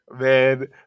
man